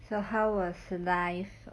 so how was life